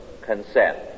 consent